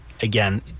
again